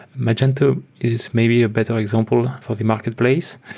magenta is maybe a better example for the marketplace.